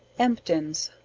emptins.